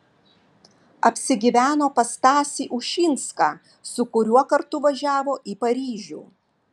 apsigyveno pas stasį ušinską su kuriuo kartu važiavo į paryžių